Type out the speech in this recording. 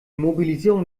mobilisierung